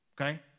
okay